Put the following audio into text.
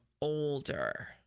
older